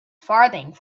farthing